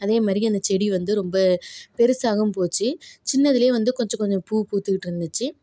அதே மாதிரியே அந்த செடி வந்து ரொம்ப பெருசாகவும் போச்சு சின்னதுல வந்து கொஞ்சம் கொஞ்சம் பூ பூத்துக்கிட்டு இருந்துச்சி